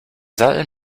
that